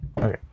Okay